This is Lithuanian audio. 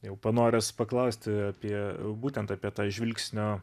jau panoręs paklausti apie būtent apie tą žvilgsnio